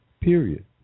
period